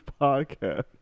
podcast